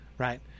Right